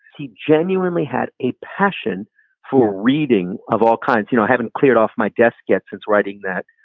he genuinely had a passion for reading of all kinds. you know, i haven't cleared off my desk yet since writing that